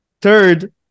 third